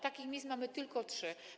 Takich miejsc mamy tylko trzy.